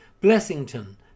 Blessington